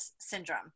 syndrome